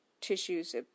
tissues